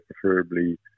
preferably